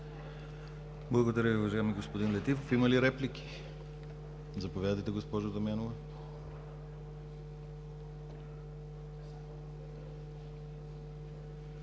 Благодаря Ви, уважаеми господин Летифов. Има ли реплики? Заповядайте, госпожо Дамянова.